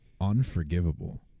unforgivable